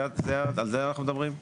על זה אנחנו מדברים?